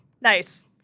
Nice